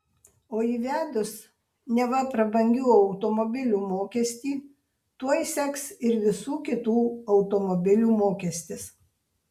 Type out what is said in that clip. o įvedus neva prabangių automobilių mokestį tuoj seks ir visų kitų automobilių mokestis